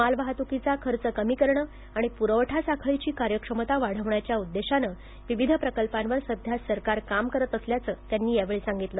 मालवाहतूकीचा खर्च कमी करणे आणि पुरवठा साखळीची कार्यक्षमता वाठवण्याच्या उद्देशानं विविध प्रकल्पांवर सध्या सरकार काम करत असल्याचं त्यांनी यावेळी बोलताना सांगितलं